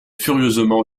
furieusement